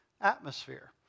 atmosphere